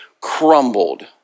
crumbled